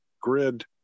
grid